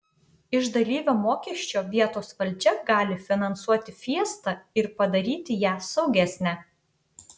iš dalyvio mokesčio vietos valdžia gali finansuoti fiestą ir padaryti ją saugesnę